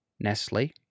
Nestle